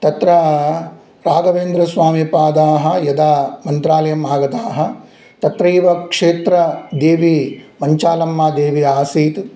तत्र राघवेन्द्रस्वामिपादाः यदा मन्त्रालयम् आगताः तत्रैव क्षेत्रदेवी पञ्चालम्मादेवी आसीत्